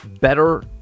better